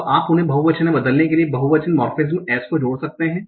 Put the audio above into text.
अब आप उन्हें बहुवचन में बदलने के लिए बहुवचन मोर्फेमेज़ s को जोड़ सकते हैं